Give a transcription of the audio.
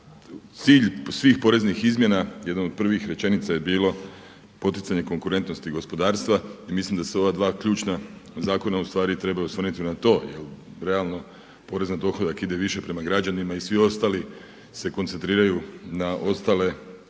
Cilj svih poreznih izmjena jedna od prvih rečenica je bila poticanje konkurentnosti i gospodarstva i mislim da su ova dva ključna zakona ustvari trebaju osvrnuti na to jer realno porez na dohodak ide više prema građanima i svi ostali se koncentriraju na ostale doprinose